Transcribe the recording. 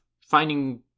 Finding